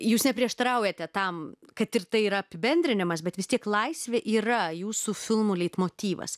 jūs neprieštaraujate tam kad ir tai yra apibendrinimas bet vis tiek laisvė yra jūsų filmų leitmotyvas